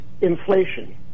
inflation